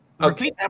Okay